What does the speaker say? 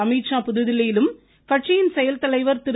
அமீத்ஷா புதுதில்லியிலும் கட்சியின் செயல் தலைவர் திரு